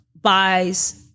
buys